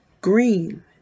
green